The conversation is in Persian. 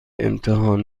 امتحان